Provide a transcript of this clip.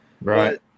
Right